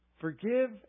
Forgive